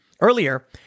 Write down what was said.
Earlier